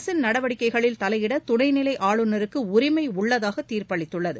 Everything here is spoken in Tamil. அரசின் நடவடிக்கைகளில் தலையிட துணை நிலை ஆளுநருக்கு உரிமை உள்ளதாக தீர்ப்பளித்தது